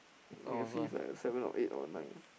you can see seven or eight or nine ah